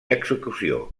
execució